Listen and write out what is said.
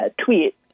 tweet